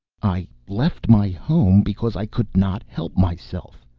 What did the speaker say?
i left my home because i could not help myself.